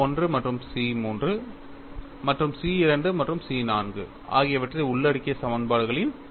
C 1 மற்றும் C 3 மற்றும் C 2 மற்றும் C 4 ஆகியவற்றை உள்ளடக்கிய சமன்பாடுகளின் தொகுப்பு